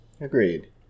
Agreed